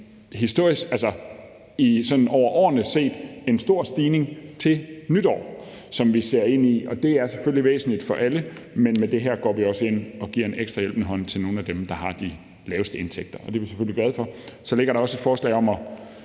om, at der vil komme en historisk stor stigning til nytår, og det er selvfølgelig væsentligt for alle. Men med det her går vi også ind og giver en ekstra hjælpende hånd til nogle af dem, der har de laveste indtægter, og det er vi selvfølgelig glade for. Så ligger der også et forslag om at